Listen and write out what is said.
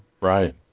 right